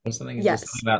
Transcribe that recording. Yes